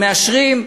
שמאשרים,